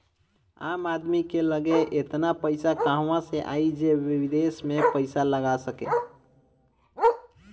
आम आदमी की लगे एतना पईसा कहवा से आई जे विदेश में पईसा लगा सके